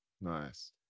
Nice